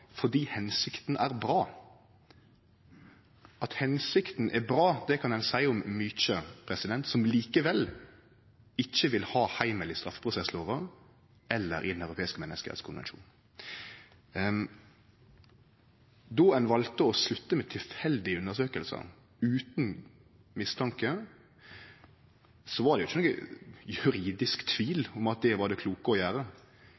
fordi hensikta er bra. At hensikta er bra, kan ein seie om mykje, som likevel ikkje vil ha heimel i straffeprosesslova eller i Den europeiske menneskerettskonvensjonen. Då ein valde å slutte med tilfeldige undersøkingar utan mistanke, var det ikkje nokon juridisk tvil om at det var det kloke å gjere.